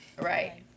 right